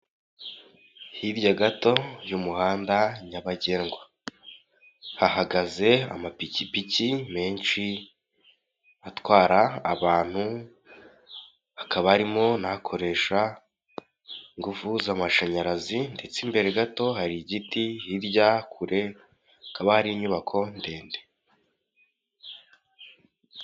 Hirya gato y'umuhanda nyabagendwa, hahagaze amapikipiki menshi atwara abantu, hakaba harimo n'akoresha ingufu z'amashanyarazi ndetse imbere gato hari igiti, hirya kure hakaba hari inyubako ndende.